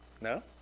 No